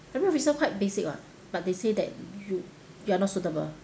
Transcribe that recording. library officer quite basic [what] but they say that you you are not suitable